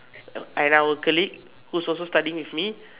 and our colleague who's also studying with me